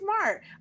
smart